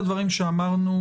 הדברים שאמרנו,